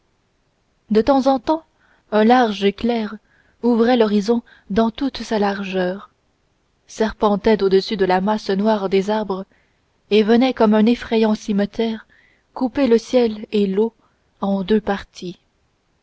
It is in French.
de temps en temps un large éclair ouvrait l'horizon dans toute sa largeur serpentait au-dessus de la masse noire des arbres et venait comme un effrayant cimeterre couper le ciel et l'eau en deux parties